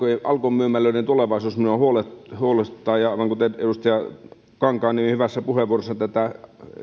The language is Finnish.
alkon myymälöiden tulevaisuus minua huolestuttaa aivan kuten edustaja kankaanniemi hyvässä puheenvuorossaan tätä